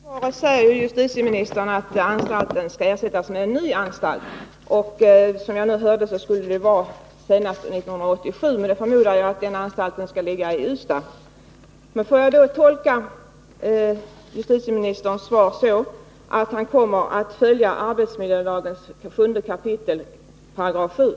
Herr talman! I svaret säger justitieministern att anstalten skall ersättas med en ny anstalt, och nu säger han att det skall ske senast 1987. Jag förutsätter att anstalten skall ligga i Ystad. Får jag tolka justitieministerns svar så att han kommer att följa arbetsmiljölagens 7 kap. 7 §?